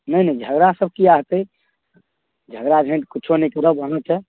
नहि नहि झगड़ासब किएक हेतै झगड़ा झाँटि किछु नहि करब अहाँके